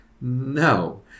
No